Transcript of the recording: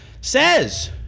says